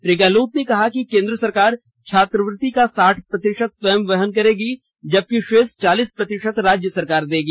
श्री गहलोत ने कहा कि केंद्र सरकार छात्रवृत्ति का साठ प्रतिशत स्वयं वहन करेगी जबकि शेष चालीस प्रतिशत राज्य सरकार देगी